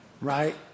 Right